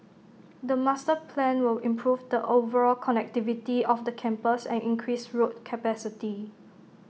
the master plan will improve the overall connectivity of the campus and increase road capacity